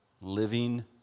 living